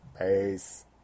Peace